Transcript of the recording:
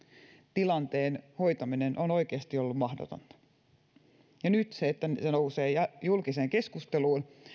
tilanteen hoitaminen on oikeasti ollut mahdotonta nyt se että tapauksia nousee julkiseen keskusteluun